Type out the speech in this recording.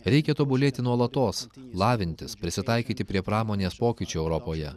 reikia tobulėti nuolatos lavintis prisitaikyti prie pramonės pokyčių europoje